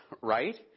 right